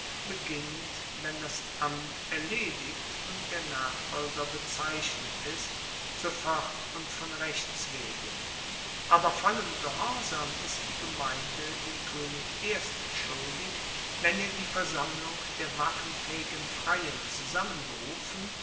beginnt wenn das amt erledigt und der nachfolger bezeichnet ist sofort und von rechts wegen aber vollen gehorsam ist die gemeinde dem koenig erst schuldig wenn er die versammlung der waffenfaehigen freien zusammenberufen